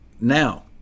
Now